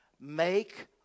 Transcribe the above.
Make